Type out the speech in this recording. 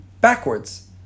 backwards